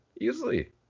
easily